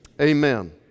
amen